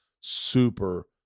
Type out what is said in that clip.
super